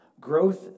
Growth